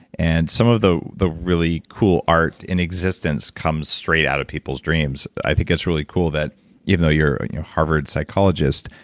and some of the the really cool art in existence comes straight out of people's dreams. i think it's really cool that you know you're a harvard psychologist,